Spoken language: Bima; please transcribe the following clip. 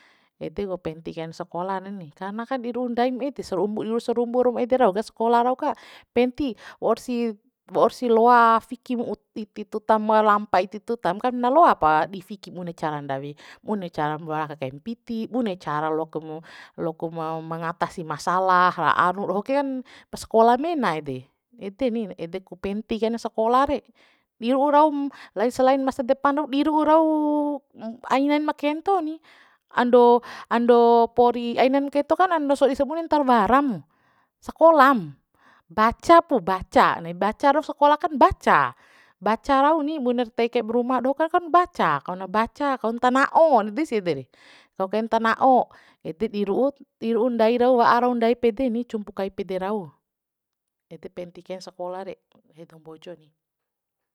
Ede ku penti kain sakolah reni karna kan di ru'u ndaim ede sarum di ru sarumbum ede rau sakolah rau ka penti waursi waursi loa fiki mu iti tuta ma lampa iti tutam kan na loa pa di fiki bune caran ndawi bune caran loa raka kaim piti bune cara loak mu loak ma mangatasih masalah ra anu doho ken pas skola mena ede ede ni ede ku penti kain sakolah re di ru'u raum lai selain masa depan rau di ru'u rau ainain ma kento ni ando ando pori ainain kento kan sabune ntaul wara mu sakolam baca pu baca baca rau sakola kan baca baca rau ni buner tei kai ruma doho ka kan baca kauna baca kauna tana'o ede si ede re kau kain tana'o ede di ru'u di ru'u ndai rau wa'a rau ndai pd ni cumpu kaip pd rau ede penti kain sakolah re nggahi dou mbojo ni